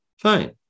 fine